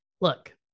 look